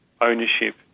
ownership